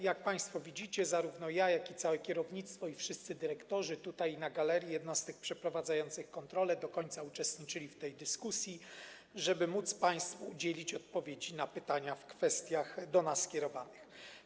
Jak państwo widzicie, zarówno ja, jak i całe kierownictwo i wszyscy dyrektorzy - tutaj i na galerii - jednostek przeprowadzających kontrolę do końca uczestniczyliśmy w tej dyskusji, żeby móc państwu udzielić odpowiedzi na pytania do nas skierowane.